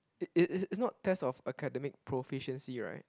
it it it's not test of academic proficiency right